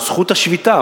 זכות השביתה,